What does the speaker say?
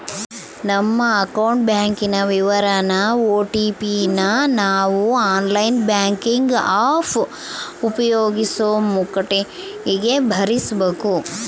ನಮ್ಮ ಅಕೌಂಟ್ ಬ್ಯಾಂಕಿನ ವಿವರಾನ ಓ.ಟಿ.ಪಿ ನ ನಾವು ಆನ್ಲೈನ್ ಬ್ಯಾಂಕಿಂಗ್ ಆಪ್ ಉಪಯೋಗಿಸೋ ಮುಂಕಟಿಗೆ ಭರಿಸಬಕು